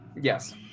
Yes